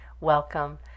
welcome